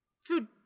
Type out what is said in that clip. food